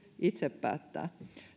itse päättää